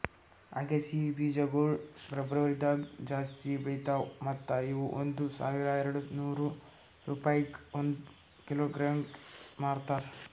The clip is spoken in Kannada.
ಅಗಸಿ ಬೀಜಗೊಳ್ ಫೆಬ್ರುವರಿದಾಗ್ ಜಾಸ್ತಿ ಬೆಳಿತಾವ್ ಮತ್ತ ಇವು ಒಂದ್ ಸಾವಿರ ಎರಡನೂರು ರೂಪಾಯಿಗ್ ಒಂದ್ ಕಿಲೋಗ್ರಾಂಗೆ ಮಾರ್ತಾರ